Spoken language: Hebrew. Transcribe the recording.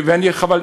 חבל,